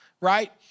right